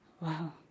Wow